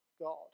God